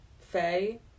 Faye